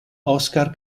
oscar